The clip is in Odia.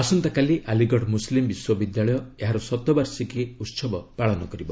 ଆସନ୍ତାକାଲି ଆଲିଗଡ ମୁସ୍ଲିମ୍ ବିଶ୍ୱବିଦ୍ୟାଳୟ ଏହାର ଶତବାର୍ଷିକୀ ଉହବ ପାଳନ କରିବ